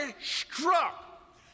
struck